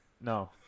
No